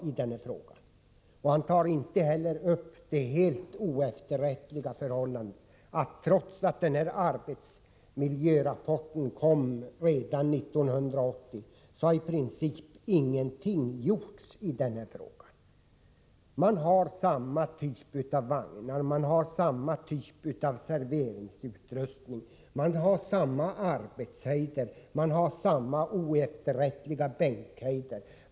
Inte heller berör han det helt oefterrättliga förhållandet att i princip ingenting har gjorts i detta avseende, trots att nämnda arbetsmiljörapport kom redan 1980. Man har nämligen samma typ av vagnar som tidigare. Man har samma typ av serveringsutrustning. Man har samma arbetshöjder. Man har således samma oefterrättliga bänkhöjder.